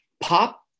pop